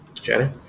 Jenny